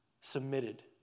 submitted